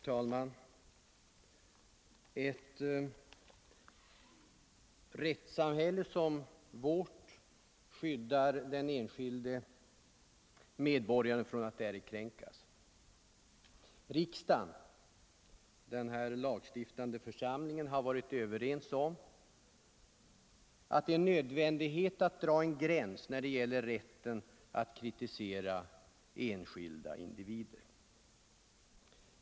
Herr talman! Ett rättssamhälle som vårt skyddar den enskilde medborgaren från att ärekränkas. Riksdagen, den lagstiftade församlingen, har ansett att det är nödvändigt att dra en gräns när det gäller rätten att kritisera enskilda individer.